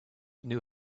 knew